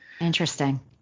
Interesting